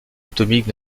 atomique